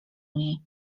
niej